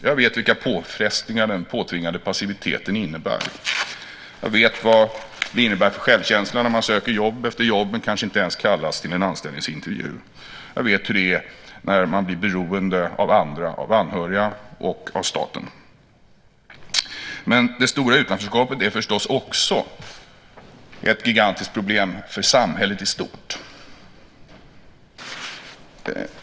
Jag vet vilka påfrestningar den påtvingade passiviteten innebär. Jag vet vad det innebär för självkänslan när man söker jobb efter jobb men kanske inte ens kallas till en anställningsintervju. Jag vet hur det är när man blir beroende av andra, av anhöriga och av staten. Det stora utanförskapet är förstås också ett gigantiskt problem för samhället i stort.